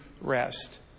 rest